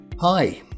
Hi